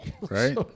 right